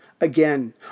again